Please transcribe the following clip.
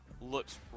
looks